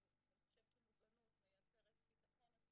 אני חושבת שמוגנות מייצרת ביטחון עצמי,